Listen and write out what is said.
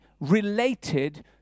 related